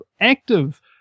active